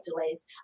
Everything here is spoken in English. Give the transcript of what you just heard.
delays